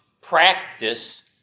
practice